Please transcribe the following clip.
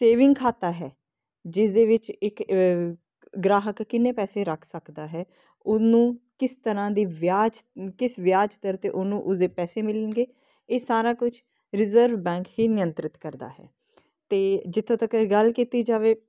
saving ਖਾਤਾ ਹੈ ਜਿਸਦੇ ਵਿੱਚ ਇੱਕ ਗ੍ਰਾਹਕ ਕਿਹਨੇ ਪੈਸੇ ਰੱਖ ਸਕਦਾ ਹੈ ਉਹਨੂੰ ਕਿਸ ਤਰ੍ਹਾਂ ਦੀ ਵਿਆਜ ਕਿਸ ਵਿਆਜ ਦਰ ਤੇ ਉਹਨੂੰ ਉਹਦੇ ਪੈਸੇ ਮਿਲਣਗੇ ਇਹ ਸਾਰਾ ਕੁਝ ਰਿਜ਼ਰਵ ਬੈਂਕ ਹੀ ਨਿਯੰਤਰਿਤ ਕਰਦਾ ਹੈ ਤੇ ਜਿੱਥੋਂ ਤੱਕ ਇਹ ਗੱਲ ਕੀਤੀ ਜਾਵੇ